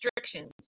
restrictions